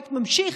הפרויקט נמשך.